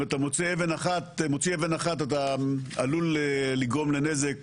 אתה מוציא אבן אחת אתה עלול לגרום לנזק